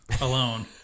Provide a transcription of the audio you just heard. alone